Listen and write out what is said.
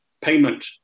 payment